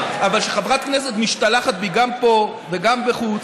אבל כשחברת כנסת משתלחת בי גם פה וגם בחוץ,